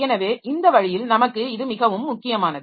எனவே இந்த வழியில் நமக்கு இது மிகவும் முக்கியமானது